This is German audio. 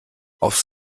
aufs